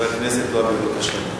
חבר הכנסת והבה, בבקשה.